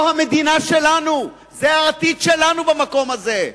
זו המדינה שלנו, זה העתיד שלנו במקום הזה.